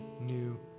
new